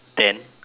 then